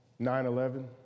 9-11